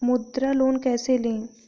मुद्रा लोन कैसे ले?